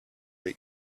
that